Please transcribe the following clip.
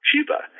Cuba